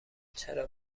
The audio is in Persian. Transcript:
چرا